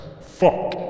fuck